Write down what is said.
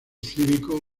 cívico